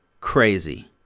crazy